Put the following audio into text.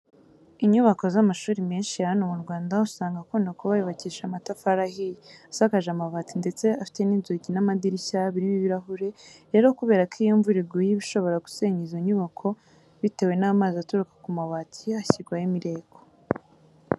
Inyubako z'amashuri menshi ya hano mu Rwanda usanga akunda kuba yubakishije amatafari ahiye, asakaje amabati ndetse afite n'inzugi n'amadirishya birimo ibirahure. Rero kubera ko iyo imvura iguye iba ishobora gusenya izo nyubako bitiwe n'amazi aturuka ku mabati hashyirwaho imireko.